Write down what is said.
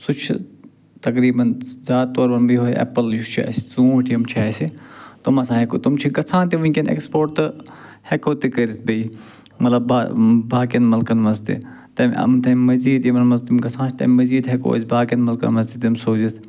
سُہ چھُ تقریبًا زیادٕ طور وَنہٕ بہٕ یُہوے ایٚپٕل یُس چھُ اسہِ ژوٗنٛٹھۍ یِم چھِ اسہِ تٕم ہسا ہیٚکو تِم چھِ گژھان تہِ وُنکیٚن ایکٕسپورٹ تہٕ ہیٚکو تہِ کرِتھ بییٚہِ مطلب باقٕین ملکن منٛز تہِ تمہِ تمہِ مزٮ۪ٖد یِمن منٛز تِم گژھان تَمہِ مزید ہیٚکو أسۍ باقٕین مُلکن منٛز تہِ تِم سوٗزِتھ